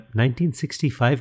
1965